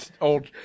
old